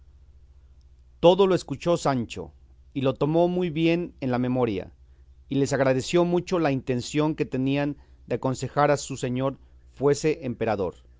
todo lo escuchó sancho y lo tomó muy bien en la memoria y les agradeció mucho la intención que tenían de aconsejar a su señor fuese emperador